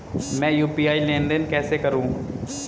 मैं यू.पी.आई लेनदेन कैसे करूँ?